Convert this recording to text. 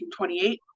1928